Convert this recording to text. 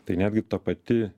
tai netgi ta pati